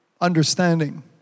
understanding